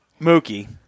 Mookie